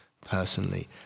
personally